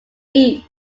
east